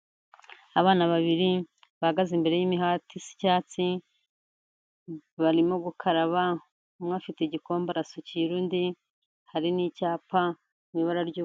Abana babiri bahagaze imbere y'imihati isa icyatsi barimo gukaraba umwe afite igikombe arasukira undi hari n'icyapa mu ibara ryu.